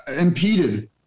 impeded